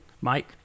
Mike